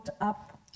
up